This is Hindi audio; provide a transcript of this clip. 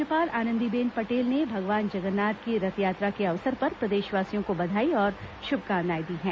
राज्यपाल आनंदीबेन पटेल ने भगवान जगन्नाथ की रथयात्रा के अवसर पर प्रदेशवासियों को बधाई और शुभकामनाएं दी हैं